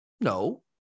No